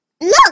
Look